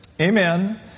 amen